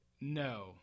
No